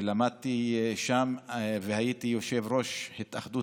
ולמדתי שם והייתי יושב-ראש התאחדות